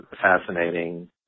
fascinating